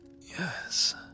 Yes